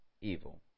evil